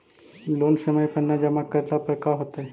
Loan समय पर न जमा करला पर का होतइ?